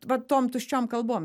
va tom tuščiom kalbom